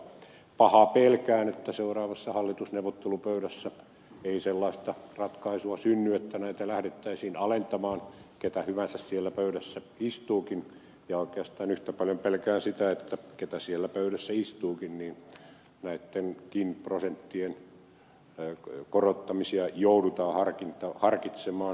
pahaa pelkään että seuraavassa hallitusneuvottelupöydässä ei sellaista ratkaisua synny että näitä lähdettäisiin alentamaan ketä hyvänsä siellä pöydässä istuukin ja oikeastaan yhtä paljon pelkään sitä ketä siellä pöydässä istuukin että näittenkin prosenttien korottamisia joudutaan harkitsemaan